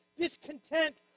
discontent